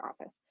Office